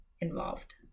involved